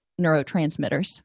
neurotransmitters